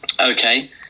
Okay